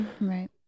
right